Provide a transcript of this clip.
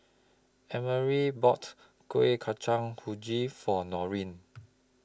Emory bought Kueh Kacang For Noreen